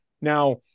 Now